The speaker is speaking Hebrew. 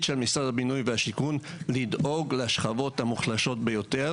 של משרד הבינוי והשיכון לדאוג לשכבות המוחלשות ביותר